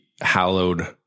hallowed